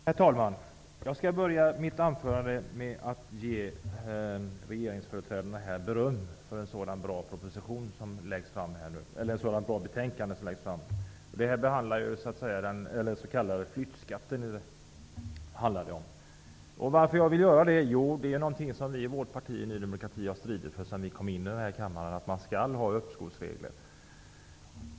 Herr talman! Jag skall börja mitt anförande med att ge regeringsföreträdarna beröm för ett bra betänkande som läggs fram här nu. Det behandlar den s.k. flyttskatten. Vårt parti, Ny demokrati, har ända sedan vi kom in i kammaren stridit för att man skall ha uppskovsregler.